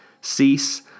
Cease